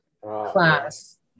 class